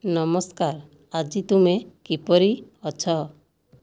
ନମସ୍କାର ଆଜି ତୁମେ କିପରି ଅଛ